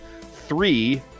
three